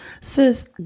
sis